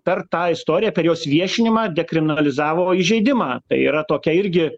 per tą istoriją per jos viešinimą dekriminalizavo įžeidimą tai yra tokia irgi